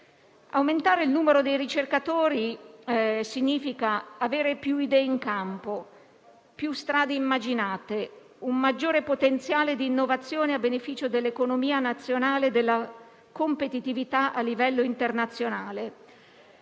Aumentare il numero dei ricercatori significa avere più idee in campo, più strade immaginate, un maggiore potenziale di innovazione a beneficio dell'economia nazionale e della competitività a livello internazionale.